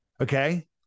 Okay